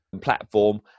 platform